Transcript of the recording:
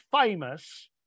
famous